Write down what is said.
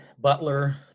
butler